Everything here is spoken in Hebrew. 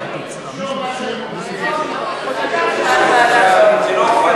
תרשום מה שהם אומרים,